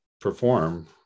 perform